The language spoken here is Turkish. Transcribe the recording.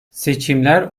seçimler